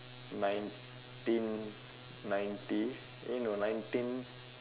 nineteen ninety eh no nineteen